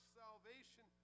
salvation